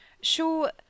show